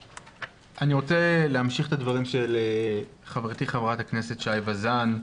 אני רוצה להמשיך את הדברים של חברתי חברת הכנסת שי וזאן.